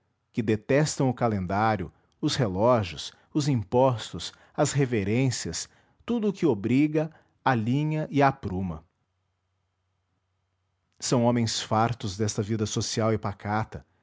que detestam o calendário os relógios os impostos as reverências tudo o que obriga alinha a apruma são homens fartos desta vida social e pacata